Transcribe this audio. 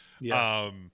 Yes